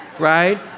Right